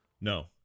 No